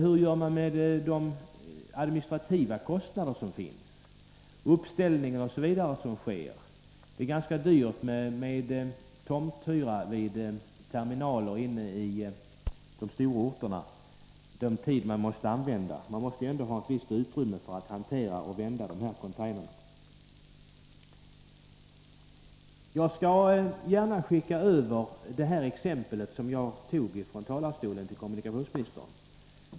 Hur gör man med de administrativa kostnaderna, uppställningen osv.? Det är ganska dyrt med tomthyra vid terminaler i de större orterna — man måste ju ändå ha ett visst utrymme för att hantera containrarna. Jag skall gärna skicka över mitt räkneexempel till kommunikationsministern.